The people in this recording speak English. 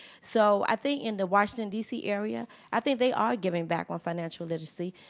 so i think in the washington, d c. area, i think they are giving back on financial literacy.